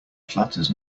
flatters